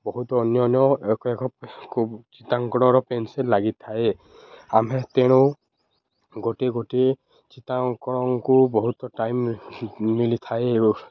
ବହୁତ ଅନ୍ୟାନ୍ୟ ଏକ ଏକ ତାଙ୍କର ପେନସିଲ୍ ଲାଗିଥାଏ ଆମ୍ଭେ ତେଣୁ ଗୋଟିଏ ଗୋଟିଏ ଚିତ୍ରାଙ୍କନଙ୍କୁ ବହୁତ ଟାଇମ୍ ମିଳିିଥାଏ